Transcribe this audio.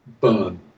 burn